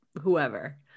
whoever